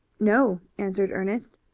no, answered ernest.